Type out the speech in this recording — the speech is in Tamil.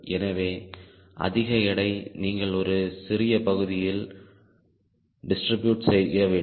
எனவே அதிக எடை நீங்கள் ஒரு சிறிய பகுதியில் டிஸ்ட்ரிபியூட் செய்யவேண்டும்